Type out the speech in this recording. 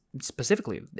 specifically